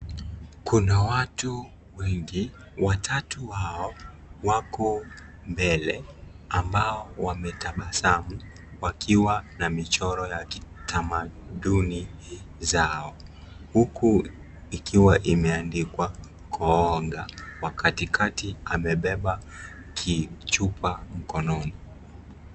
Kuna watu wengi , watatu wao wako mbele ambao wametabasamu wakiwa na michoro ya kitamaduni zao huku ikiwa imeandikwa kooga. Wa katikati amebeba kichupa mkononi.